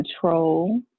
control